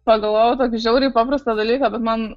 pagalvojau tokį žiauriai paprastą dalyką bet man